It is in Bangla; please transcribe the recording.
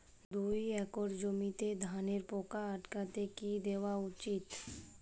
দুই একর জমিতে ধানের পোকা আটকাতে কি দেওয়া উচিৎ?